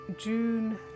June